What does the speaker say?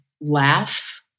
laugh